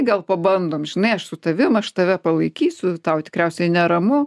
gal pabandom žinai aš su tavim aš tave palaikysiu tau tikriausiai neramu